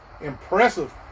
impressive